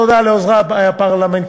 תודה לעוזרי הפרלמנטריים,